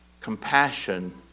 compassion